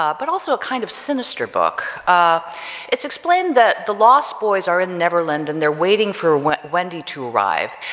ah but also a kind of sinister book, um it's explained that the lost boys are in neverland and they're waiting for wendy to arrive,